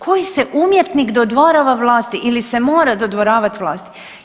Koji se umjetnik dodvorava vlasti ili se mora dodvoravat vlasti?